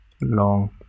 Long